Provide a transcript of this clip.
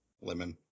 lemon